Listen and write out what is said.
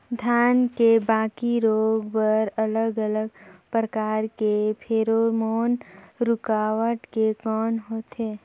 धान के बाकी रोग बर अलग अलग प्रकार के फेरोमोन रूकावट के कौन होथे?